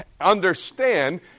understand